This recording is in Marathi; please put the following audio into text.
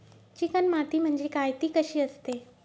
चिकण माती म्हणजे काय? ति कशी असते?